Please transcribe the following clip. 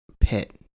pit